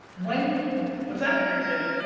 when what's that? gary did it.